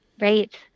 Right